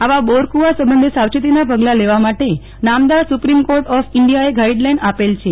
આવા બોર કુવા સંબંધે સાવચેતીના પગલા લેવા માટે નામદાર સુપ્રીમ કોર્ટ ઓફ ઇન્ડિયા એ ગાઈડલાઇન આપેલ છે